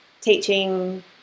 teaching